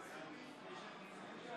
בבקשה.